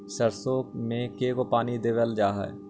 सरसों में के गो पानी देबल जा है?